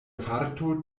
farto